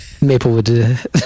Maplewood